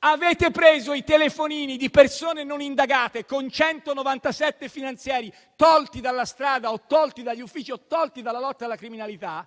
avete preso i telefonini di persone non indagate, con 197 finanzieri tolti dalla strada, dagli uffici o dalla lotta alla criminalità,